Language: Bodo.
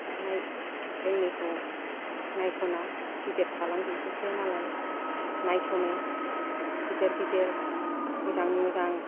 हानाय जोंनिखौ नायस'ना गिदिर फालांगिखौसो मालाय नायस'नो गिदिर गिदिर मोजां मोजां